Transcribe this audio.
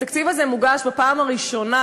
התקציב הזה מוגש בפעם הראשונה,